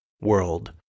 world